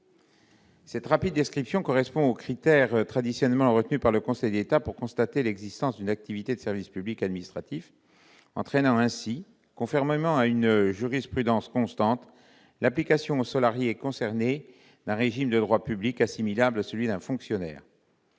Cette rapide description correspond aux critères traditionnellement retenus par le Conseil d'État pour constater l'existence d'une activité de service public administratif entraînant ainsi, conformément à une jurisprudence constante, l'application aux salariés concernés d'un régime de droit public assimilable à celui d'un fonctionnaire.